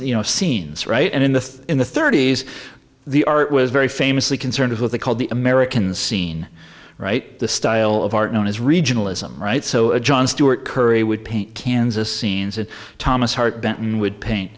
you know scenes right and in the in the thirty's the art was very famously concerned of what they called the american scene right the style of art known as regionalism right so a john stewart curry would paint cans as scenes of thomas hart benton would paint